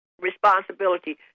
responsibility